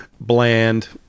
bland